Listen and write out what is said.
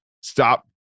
stop